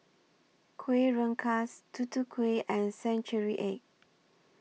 Kuih Rengas Tutu Kueh and Century Egg